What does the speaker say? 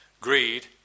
Greed